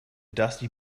dusty